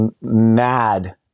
mad